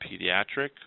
pediatric